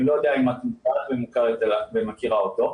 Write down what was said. אני לא יודע אם את מודעת ומכירה אותו.